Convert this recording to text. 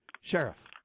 Sheriff